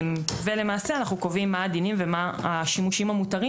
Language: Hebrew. ולמעשה אנחנו קובעים מה הדינים ומה השימושים המותרים